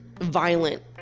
violent